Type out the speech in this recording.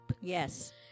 Yes